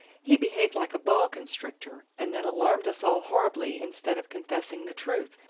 he behaved like a boa constrictor, and then alarmed us all horribly instead of confessing the truth.